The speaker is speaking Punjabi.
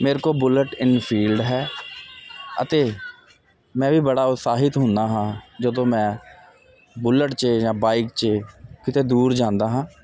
ਮੇਰੇ ਕੋਲ ਬੁਲਟ ਇਨ ਫੀਲਡ ਹੈ ਅਤੇ ਮੈਂ ਵੀ ਬੜਾ ਉਤਸਾਹਿਤ ਹੁੰਦਾ ਹਾਂ ਜਦੋਂ ਮੈਂ ਬੁਲਟ 'ਚ ਜਾਂ ਬਾਈਕ ਚ ਕਿਤੇ ਦੂਰ ਜਾਂਦਾ ਹਾਂ